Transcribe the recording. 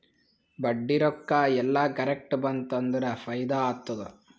ಬಡ್ಡಿ ರೊಕ್ಕಾ ಎಲ್ಲಾ ಕರೆಕ್ಟ್ ಬಂತ್ ಅಂದುರ್ ಫೈದಾ ಆತ್ತುದ್